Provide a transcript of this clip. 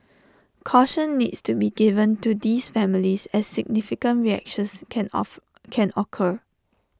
caution needs to be given to these families as significant reactions can off can occur